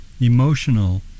emotional